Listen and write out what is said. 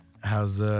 How's